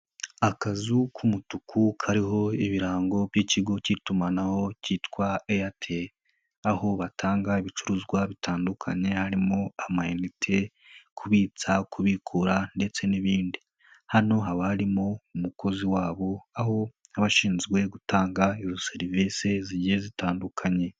Akazu k'umutuku kariho ibirango by'ikigo k'itumanaho kitwa Airtel, aho batanga ibicuruzwa bitandukanye harimo amayinite, kubitsa, kubikura ndetse n'ibindi, hano haba habamo umukozi wabo aho aba abashinzwe gutanga izo serivise zigiye zitandukanye.